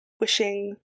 wishing